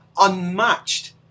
unmatched